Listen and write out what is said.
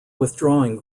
withdrawing